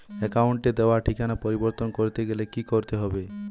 অ্যাকাউন্টে দেওয়া ঠিকানা পরিবর্তন করতে গেলে কি করতে হবে?